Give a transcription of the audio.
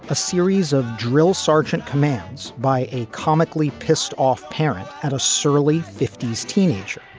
a series of drill sergeant commands by a comically pissed off parent at a surly fifty s teenager.